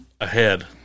ahead